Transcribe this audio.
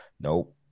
Nope